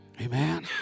Amen